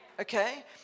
Okay